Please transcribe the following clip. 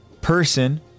person